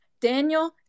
Daniel